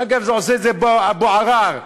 אגב, עושה את זה פה אבו עראר.